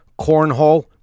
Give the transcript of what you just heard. Cornhole